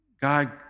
God